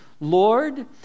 Lord